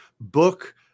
book